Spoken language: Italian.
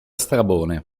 strabone